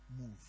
move